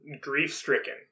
grief-stricken